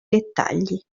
dettagli